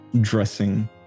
dressing